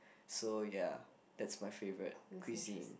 so ya that's my favourite cuisine